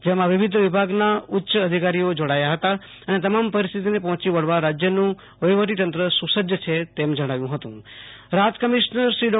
જેમાં વિવિધ વિભાગના ઉચ્ચ અધિકારીઓ જોડાયા હતા અને તમામ પરિસ્થિતિને પહોંચી વળવા રાજ્યનું વહીવટી તંત્ર સુ સજ્જ છે તેમ જણાવ્યું હતું રાહત કમિશનર શ્રી ડો